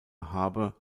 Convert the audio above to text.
harbor